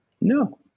No